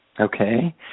Okay